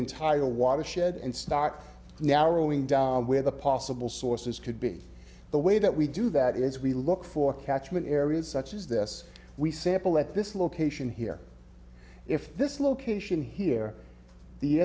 entire watershed and start now rowing down where the possible sources could be the way that we do that is we look for catchment areas such as this we sample at this location here if this location here the